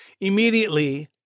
Immediately